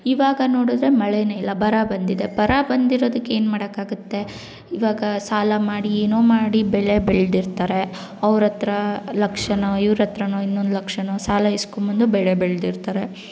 ಇವಾಗ ನೋಡಿದ್ರೆ ಮಳೆಯೇ ಇಲ್ಲ ಬರ ಬಂದಿದೆ ಬರ ಬಂದಿರೋದಕ್ಕೆ ಏನು ಮಾಡೋಕ್ಕಾಗುತ್ತೆ ಇವಾಗ ಸಾಲ ಮಾಡಿ ಏನೋ ಮಾಡಿ ಬೆಳೆ ಬೆಳ್ದಿರ್ತಾರೆ ಅವ್ರ ಹತ್ರ ಲಕ್ಷವೋ ಇವ್ರ ಹತ್ರವೋ ಇನ್ನೊಂದು ಲಕ್ಷವೋ ಸಾಲ ಇಸ್ಕೊಂಡ್ಬಂದು ಬೆಳೆ ಬೆಳ್ದಿರ್ತಾರೆ